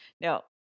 Now